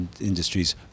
industries